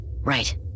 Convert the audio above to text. right